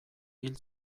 hil